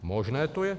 Možné to je.